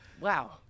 Wow